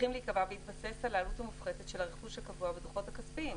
צריכים להיקבע בהתבסס על העלות המופחתת של הרכוש הקבוע בדוחות הכספיים.